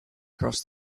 cross